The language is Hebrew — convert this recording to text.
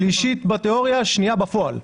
השלישית בתיאוריה, השנייה בפועל.